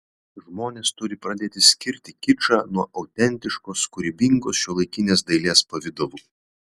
žmonės turi pradėti skirti kičą nuo autentiškos kūrybingos šiuolaikinės dailės pavidalų